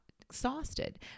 exhausted